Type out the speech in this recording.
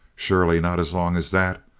surely not as long as that.